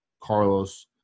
Carlos